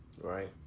Right